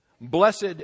Blessed